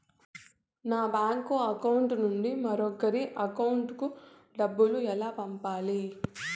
నా bank account నుండి మరొకరి అకౌంట్ కు డబ్బులు ఎలా పంపాలి